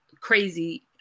crazy